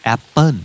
Apple